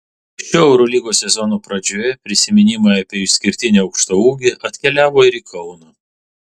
šio eurolygos sezono pradžioje prisiminimai apie išskirtinį aukštaūgį atkeliavo ir į kauną